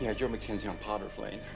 yeah joe mckenzie on potter's lane.